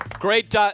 Great